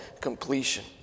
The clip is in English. completion